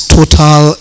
Total